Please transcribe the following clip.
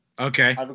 Okay